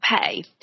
pay